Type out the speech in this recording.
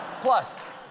Plus